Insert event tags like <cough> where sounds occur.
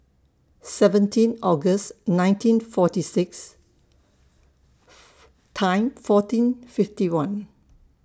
seventeen August nineteen forty six <noise> Time fourteen fifty one